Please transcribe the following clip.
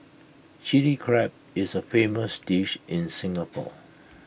Chilli Crab is A famous dish in Singapore